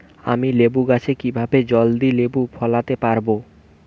আমি লেবু গাছে কিভাবে জলদি লেবু ফলাতে পরাবো?